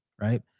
right